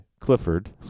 Clifford